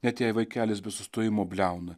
net jei vaikelis be sustojimo bliauna